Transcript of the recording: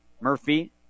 Murphy